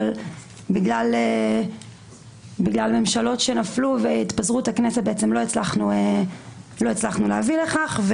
אבל בגלל ממשלות שנפלו והתפזרות הכנסת לא הצלחנו להביא לכך.